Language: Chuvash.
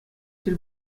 тӗл